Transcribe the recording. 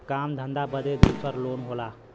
काम धंधा बदे दूसर लोन होला